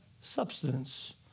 substance